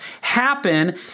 happen